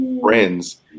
friends